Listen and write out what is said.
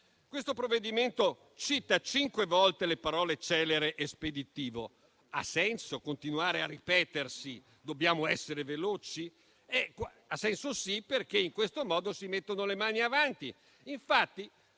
questo provvedimento si utilizzano cinque volte le parole «celere» e «speditivo»: ha senso continuare a ripetersi di dover essere veloci? Ha senso, sì, perché in questo modo si mettono le mani avanti.